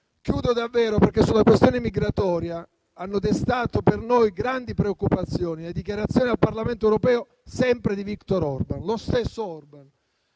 Consiglio europeo. Sulla questione migratoria hanno destato per noi grandi preoccupazioni le dichiarazioni al Parlamento europeo sempre di Viktor Orban. È lo stesso Orban